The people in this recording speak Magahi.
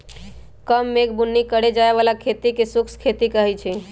कम मेघ बुन्नी के करे जाय बला खेती के शुष्क खेती कहइ छइ